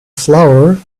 flour